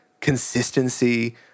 consistency